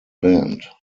band